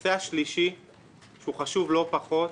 הנושא השלישי, שהוא חשוב לא פחות,